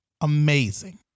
amazing